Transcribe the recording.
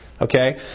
Okay